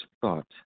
thought